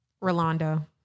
Rolando